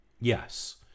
Yes